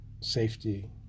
safety